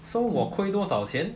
so 我亏多少钱